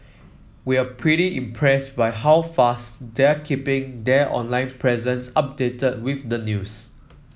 we're pretty impressed by how fast they're keeping their online presence updated with the news